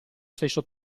stesso